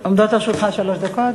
עומדות לרשותך שלוש דקות.